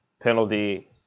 penalty